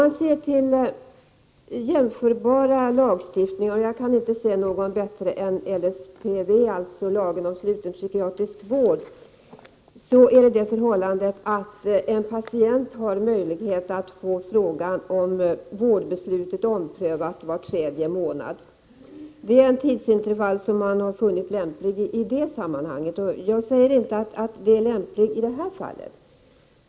Enligt en jämförbar lagstiftning — jag kan inte se någon bättre än LSPV, alltså lagen om sluten psykiatrisk vård — har en patient möjlighet att få vårdbeslutet omprövat var tredje månad. Det är ett tidsintervall som man har funnit lämpligt i det sammanhanget. Jag säger inte att det är lämpligt i detta fall.